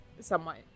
somewhat